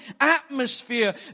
atmosphere